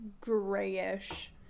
grayish